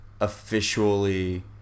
officially